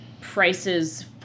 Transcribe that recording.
prices